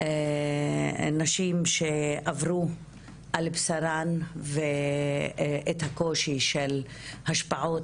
נשים שעברו על בשרן את הקושי של השפעות